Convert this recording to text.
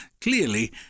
clearly